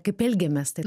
kaip elgiamės tai